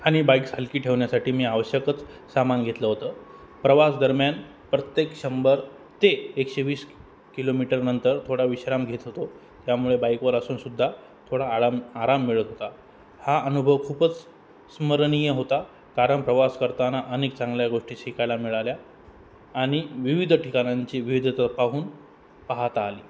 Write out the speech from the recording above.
आणि बाईक्स हलकी ठेवण्यासाठी मी आवश्यकच सामान घेतलं होतं प्रवास दरम्यान प्रत्येक शंभर ते एकशे वीस किलोमीटर नंतर थोडा विश्राम घेत होतो त्यामुळे बाईकवर असून सुद्धा थोडा आळाम आराम मिळत होता हा अनुभव खूपच स्मरणीय होता कारण प्रवास करताना अनेक चांगल्या गोष्टी शिकायला मिळाल्या आणि विविध ठिकाणांची विविधता पाहून पाहता आली